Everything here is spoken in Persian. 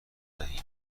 دهیم